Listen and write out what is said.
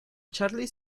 charlie